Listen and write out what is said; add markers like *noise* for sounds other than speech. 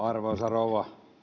*unintelligible* arvoisa rouva